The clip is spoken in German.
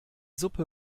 suppe